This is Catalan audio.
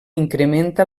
incrementa